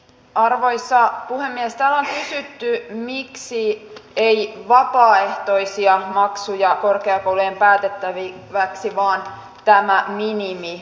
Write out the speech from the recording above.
täällä on kysytty miksi ei vapaaehtoisia maksuja korkeakoulujen päätettäväksi vaan tämä minimitaso